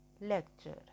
lecture